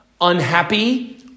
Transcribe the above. Unhappy